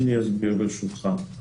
אסביר, ברשותך.